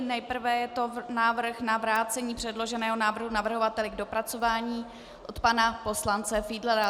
Nejprve je to návrh na vrácení předloženého návrhu navrhovateli k dopracování od pana poslance Fiedlera.